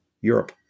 europe